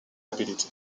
ability